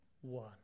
one